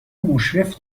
مشرف